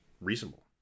reasonable